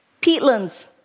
Peatlands